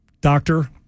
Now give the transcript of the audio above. doctor